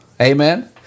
Amen